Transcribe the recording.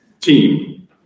Team